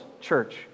church